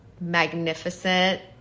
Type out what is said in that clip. magnificent